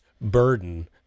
burden